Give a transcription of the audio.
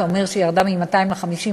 אתה אומר שהיא ירדה מ-200 ל-50,